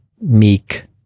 meek